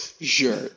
Sure